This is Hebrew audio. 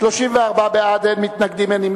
חוק רישוי עסקים (תיקון,